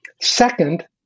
Second